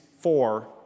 four